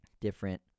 different